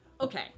Okay